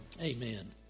Amen